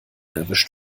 erwischt